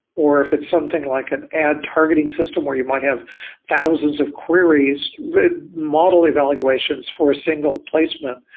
or if it's something like an ad targeting system, or you might have thousands of queries, model evaluations for a single placement,